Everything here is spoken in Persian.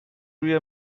روی